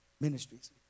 ministries